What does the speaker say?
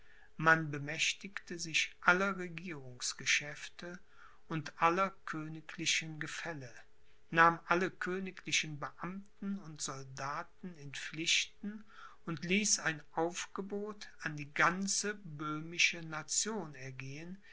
man bemächtigte sich aller regierungsgeschäfte und aller königlichen gefälle nahm alle königlichen beamten und soldaten in pflichten und ließ ein aufgebot an die ganze böhmische nation ergehen